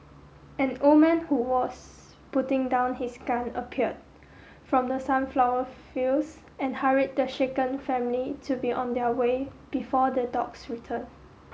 an old man who was putting down his gun appeared from the sunflower fields and hurried the shaken family to be on their way before the dogs return